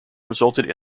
resulted